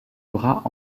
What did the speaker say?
bras